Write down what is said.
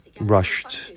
rushed